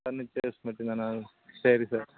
furnitures மட்டும்தானா சரி sir